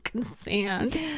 sand